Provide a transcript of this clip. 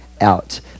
out